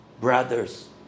brothers